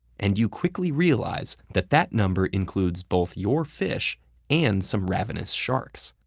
and you quickly realize that that number includes both your fish and some ravenous sharks.